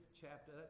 chapter